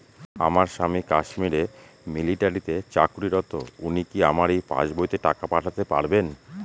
আমার স্বামী কাশ্মীরে মিলিটারিতে চাকুরিরত উনি কি আমার এই পাসবইতে টাকা পাঠাতে পারবেন?